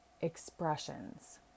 expressions